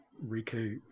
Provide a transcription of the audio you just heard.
recoup